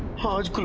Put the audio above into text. heart